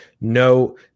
no